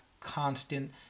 constant